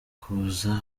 kuza